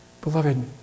Beloved